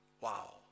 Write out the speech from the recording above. wow